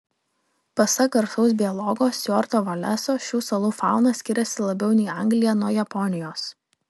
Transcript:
pasak garsaus biologo stiuarto voleso šių salų fauna skiriasi labiau nei anglija nuo japonijos